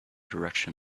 direction